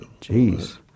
Jeez